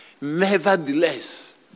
Nevertheless